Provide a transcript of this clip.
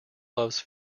loves